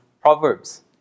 Proverbs